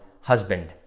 husband